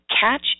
catch